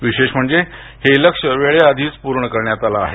विशेष म्हणजे हे लक्ष्य वेळेआधीच पूर्ण करण्यात आल आहे